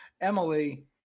Emily